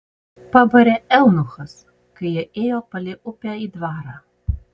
pabarė eunuchas kai jie ėjo palei upę į dvarą